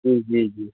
जी जी जी